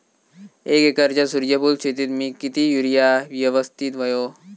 एक एकरच्या सूर्यफुल शेतीत मी किती युरिया यवस्तित व्हयो?